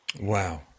Wow